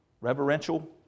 Reverential